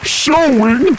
showing